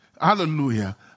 Hallelujah